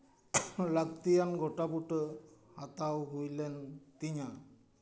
ᱞᱟᱹᱠᱛᱤᱭᱟᱱ ᱜᱳᱴᱟᱵᱩᱴᱟᱹ ᱦᱟᱛᱟᱣ ᱦᱩᱭ ᱞᱮᱱ ᱛᱤᱧᱟᱹ